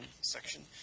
section